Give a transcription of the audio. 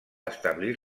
establir